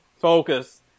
Focus